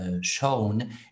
shown